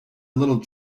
little